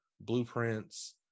blueprints